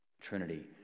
Trinity